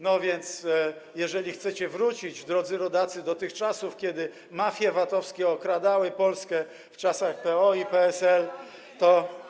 No więc jeżeli chcecie wrócić, drodzy rodacy, do tych czasów, kiedy mafie VAT-owskie okradały Polskę za PO i PSL, to.